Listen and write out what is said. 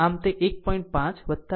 આમ તે 1